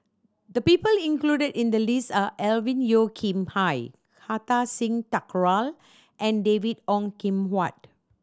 the people included in the list are Alvin Yeo Khirn Hai Kartar Singh Thakral and David Ong Kim Huat